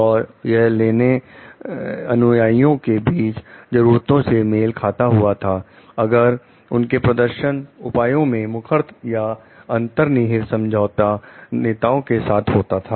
और यह लेने अनुयायियों के बीच जरूरतों से मेल खाता हुआ था अगर उनके प्रदर्शन उपायों में मुखर या अंतर्निहित समझौता नेताओं के साथ होता था